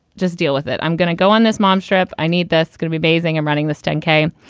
just deal with it. i'm going to go on this mom's trip. i need this going to be bathing and running this ten k.